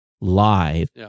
live